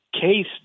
Case